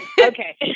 Okay